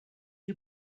you